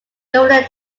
governor